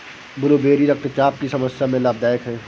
blueberry रक्तचाप की समस्या में लाभदायक है